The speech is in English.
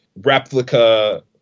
replica